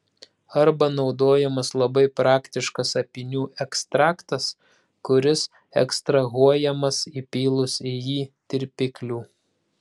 arba naudojamas labai praktiškas apynių ekstraktas kuris ekstrahuojamas įpylus į jį tirpiklių